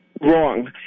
wrong